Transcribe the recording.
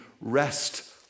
rest